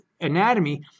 anatomy